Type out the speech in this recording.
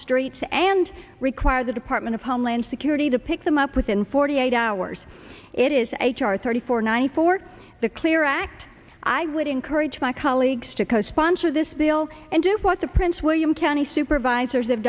streets and require the department of homeland security to pick them up within forty eight hours it is h r thirty four ninety four the clear act i would encourage my colleagues to co sponsor this bill and do what the prince william county supervisors